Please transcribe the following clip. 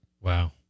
Wow